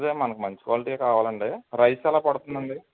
అదే మనకు మంచి క్వాలిటీయే కావాలండి రైస్ ఎలా పడుతుంది అండి